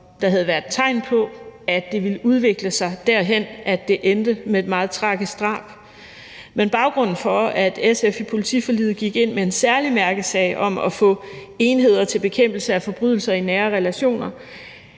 der havde været tegn på, at det ville udvikle sig derhen, at det ville ende med et meget tragisk drab, men baggrunden for, at SF i politiforliget gik ind med en særlig mærkesag om at få enheder til bekæmpelse af forbrydelser i nære relationer,